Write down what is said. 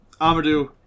Amadou